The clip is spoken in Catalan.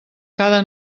cada